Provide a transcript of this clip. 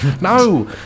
No